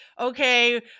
okay